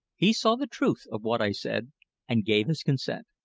he saw the truth of what i said and gave his consent.